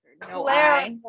Clarify